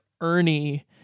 Ernie